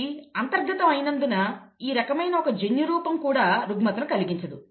ఇది అంతర్గతం అయినందున ఈ రకమైన జన్యురూపం కూడా రుగ్మతను కలిగించదు